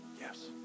Yes